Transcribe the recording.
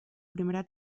primera